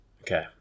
Okay